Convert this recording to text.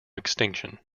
extinction